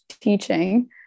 teaching